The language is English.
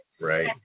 Right